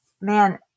man